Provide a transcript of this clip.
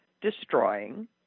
destroying